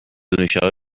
نوشابه